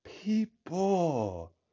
people